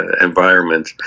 environment